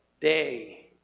day